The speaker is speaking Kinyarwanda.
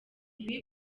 ibi